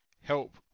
help